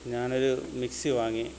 ഞാനൊരു മിക്സി വാങ്ങി